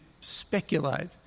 speculate